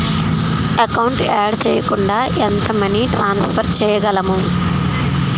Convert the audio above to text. Account add చేయకుండా ఎంత money transfer చేయగలము?